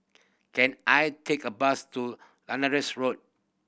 can I take a bus to Road